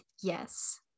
yes